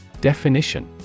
Definition